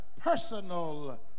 personal